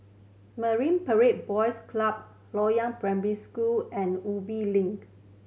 Marine Parade Boys Club Loyang Primary School and Ubi Link